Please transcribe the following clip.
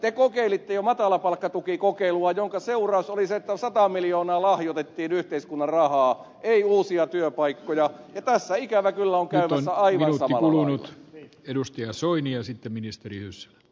te kokeilitte jo matalapalkkatukikokeilua jonka seuraus oli se että sata miljoonaa lahjoitettiin yhteiskunnan rahaa ei uusia työpaikkoja ja tässä ikävä kyllä on käymässä aivan samalla lailla